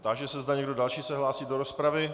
Táži se, zda někdo další se hlásí do rozpravy.